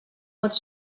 pot